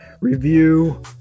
review